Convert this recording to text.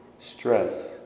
stress